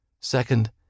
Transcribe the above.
Second